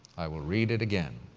i will read it again.